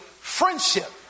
friendship